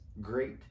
great